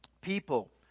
people